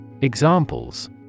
Examples